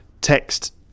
text